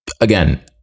again